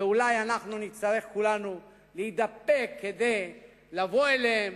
ואולי נצטרך כולנו להתדפק כדי לבוא אליהם,